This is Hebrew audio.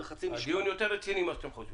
הדיון יותר רציני ממה שאתם חושבים.